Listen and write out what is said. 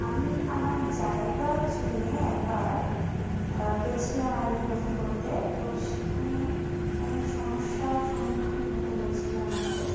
আমি আমার জায়গার জন্যে একবার গেছিলাম আইনি নথি করতে তো সেখানে অনেক সমস্যার সম্মুখীন হতে হয়েছিলো আমাকে